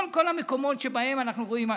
כל המקומות שאנחנו רואים,